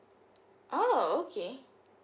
oh okay